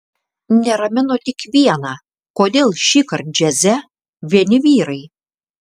neramino tik viena kodėl šįkart džiaze vieni vyrai